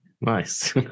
nice